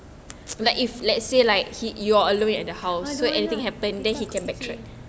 I don't want lah